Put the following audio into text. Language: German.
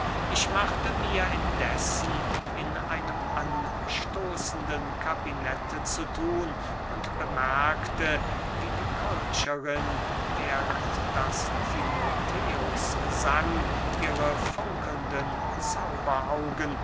ich machte mir indessen in einem anstoßenden kabinette zu thun und bemerkte wie die kolcherin während daß timotheus sang ihre funkelnden